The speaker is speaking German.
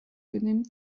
benimmt